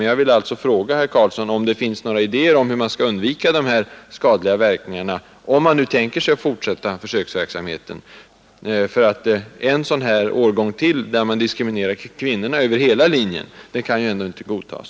Jag vill alltså fråga herr Carlsson om det finns några idéer för hur man skall kunna undvika de här skadliga verkningarna, om man tänker sig fortsätta försöksverksamheten. En årgång till där man diskriminerar kvinnorna över hela linjen kan ju ändå inte godtas.